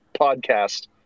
podcast